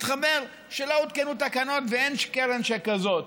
מתחוור שלא הותקנו תקנות ואין קרן שכזאת.